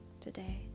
today